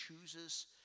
chooses